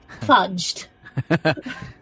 fudged